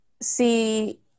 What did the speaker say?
see